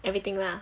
everything lah